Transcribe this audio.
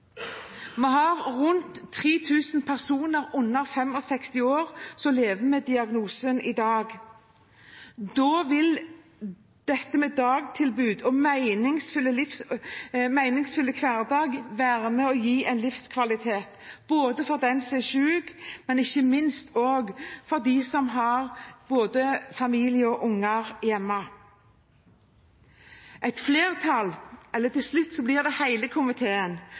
Vi har rundt 3 000 personer under 65 år som lever med diagnosen i dag. Da vil dette med dagtilbud og meningsfull hverdag være med og gi en livskvalitet for den som er syk, men ikke minst også for dem som har både familie og barn hjemme. Et flertall i – eller til slutt blir det hele – komiteen